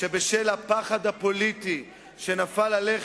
שבשל הפחד הפוליטי שנפל עליך,